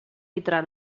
litoral